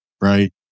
right